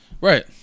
Right